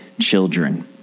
children